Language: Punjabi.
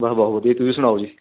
ਵਹ ਬਹੁਤ ਵਧੀਆ ਤੁਸੀਂ ਸੁਣਾਉ ਜੀ